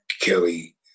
Kelly